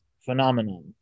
phenomenon